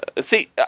See